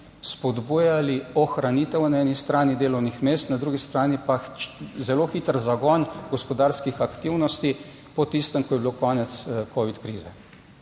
spodbujali ohranitev na eni strani delovnih mest, na drugi strani pa zelo hiter zagon gospodarskih aktivnosti po tistem, ko je bilo konec covid krize.